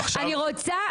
אני רוצה,